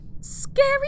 Scary